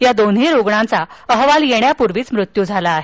या दोन्ही रूग्णांचा अहवाल येण्यापूर्वीच मृत्यू झाला आहे